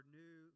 new